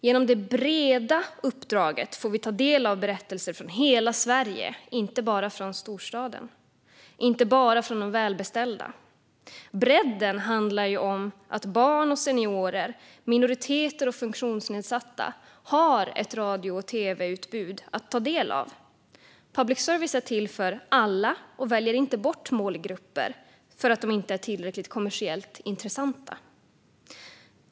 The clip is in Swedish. Genom det breda uppdraget får vi ta del av berättelser från hela Sverige, inte bara från storstaden och inte bara från de välbeställda. Bredden handlar om att barn och seniorer, minoriteter och funktionsnedsatta har ett radio och tv-utbud att ta del av. Public service är till för alla och väljer inte bort målgrupper för att de inte är tillräckligt kommersiellt intressanta.